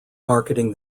marketing